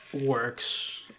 works